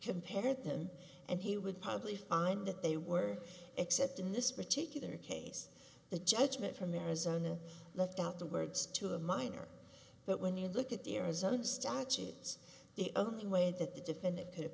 compared him and he would probably find that they were except in this particular case the judgment from them is on the left out the words to a minor but when you look at the arizona statutes the only way that the defendant